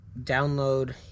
download